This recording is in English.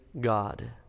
God